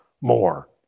more